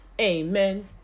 Amen